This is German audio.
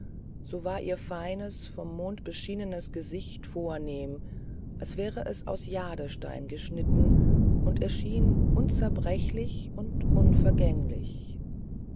so war ihr feines vom mond beschienenes gesicht vornehm als wäre es aus jadestein geschnitten und erschien unzerbrechlich und unvergänglich